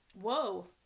Whoa